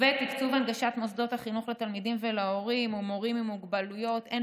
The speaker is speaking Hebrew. ותקצוב הנגשת מוסדות החינוך לתלמידים ולהורים ומורים עם מוגבלויות הן